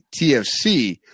TFC